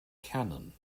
canon